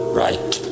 right